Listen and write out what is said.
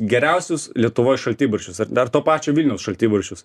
geriausius lietuvoj šaltibarščius ar dar to pačio vilniaus šaltibarščius